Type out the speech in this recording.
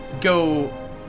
go